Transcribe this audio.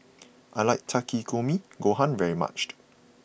I like Takikomi Gohan very much